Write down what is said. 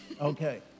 Okay